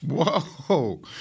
whoa